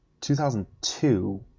2002